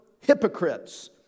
hypocrites